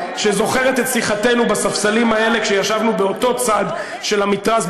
שזוכרת את שיחתנו בספסלים האלה כשישבנו באותו צד של המתרס,